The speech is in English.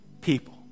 people